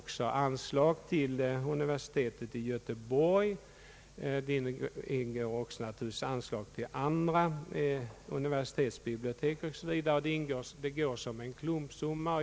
I anslaget inryms också medelsanvisningen till Göteborgs universitetsbibliotek liksom till andra universitetsbibliotek, och avlöningsanslaget är alltså beräknat som en klumpsumma.